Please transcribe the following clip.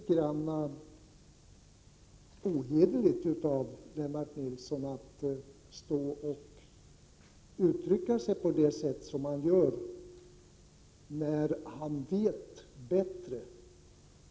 Jag tycker att det är litet ohederligt av Lennart Nilsson att uttrycka sig på detta sätt, när han vet bättre.